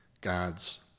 God's